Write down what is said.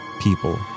people